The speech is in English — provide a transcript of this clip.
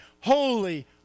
Holy